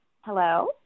Hello